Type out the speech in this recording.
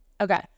Okay